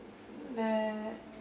that